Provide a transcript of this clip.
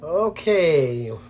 Okay